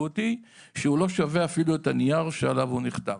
שלא שווה אפילו את הנייר שעליו הוא נכתב.